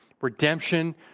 redemption